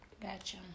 Gotcha